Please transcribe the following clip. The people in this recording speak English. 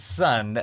son